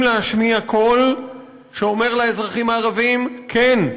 להשמיע קול שאומר לאזרחים הערבים: כן,